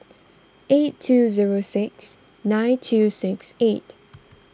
eight two zero six nine two six eight